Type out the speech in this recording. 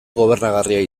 gobernagarria